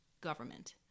government